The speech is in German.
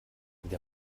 der